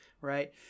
right